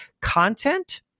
content